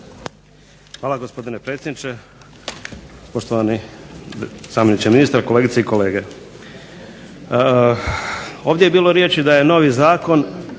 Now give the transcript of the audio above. Hvala, gospodine predsjedniče. Poštovani zamjeniče ministra, kolegice i kolege. Ovdje je bilo riječi da je novi zakon,